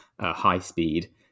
high-speed